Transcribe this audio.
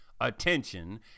attention